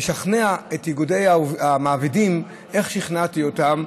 לשכנע את איגודי המעבידים, איך שכנעתי אותם?